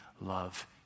love